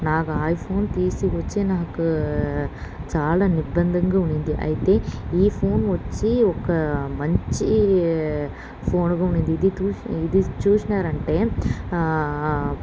నాకు ఐఫోన్ తీసి వచ్చి నాకు చాలా ఇబ్బందంగా ఉన్నింది అయితే ఈ ఫోన్ వచ్చి ఒక మంచి ఫోన్గా ఉన్నింది ఇది తూ ఇది చూసారంటే